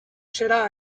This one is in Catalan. serà